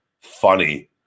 funny